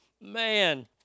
Man